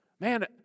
Man